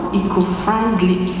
eco-friendly